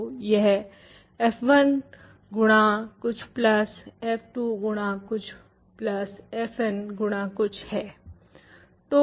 तो यह f1 गुणा कुछ प्लस f2 गुणा कुछ प्लस fn गुणा कुछ है